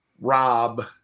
Rob